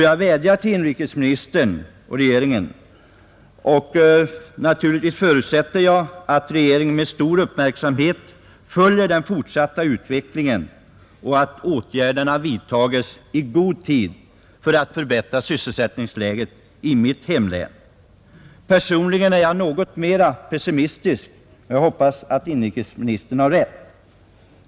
Jag förutsätter naturligtvis att regeringen med stor uppmärksamhet följer den fortsatta utvecklingen, och jag vädjar till regeringen att i god tid vidta åtgärder för att förbättra sysselsättningsläget i mitt hemlän, Personligen är jag något mer pessimistisk än inrikesministern, men jag hoppas att han har rätt.